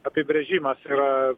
apibrėžimas yra